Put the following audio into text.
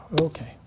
okay